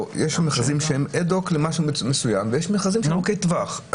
יש מכרזים שהם אד-הוק למשהו מסוים ויש מכרזים שהם ארוכי טווח.